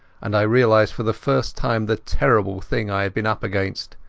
and i realized for the first time the terrible thing i had been up against.